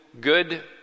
Good